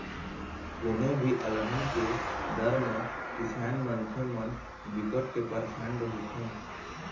कोनो भी अलहन के डर म किसान मनखे मन बिकट के परसान रहिथे